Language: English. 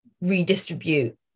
redistribute